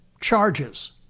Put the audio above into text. charges